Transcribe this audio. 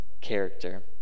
character